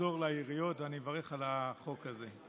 לעזור לעיריות, ואני מברך על החוק הזה.